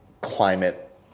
climate